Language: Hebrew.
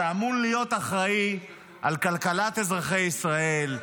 שאמור להיות אחראי על כלכלת אזרחי ישראל,